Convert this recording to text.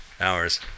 hours